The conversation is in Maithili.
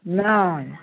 नहि